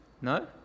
No